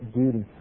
duty